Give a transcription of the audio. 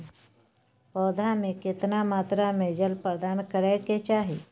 पौधा में केतना मात्रा में जल प्रदान करै के चाही?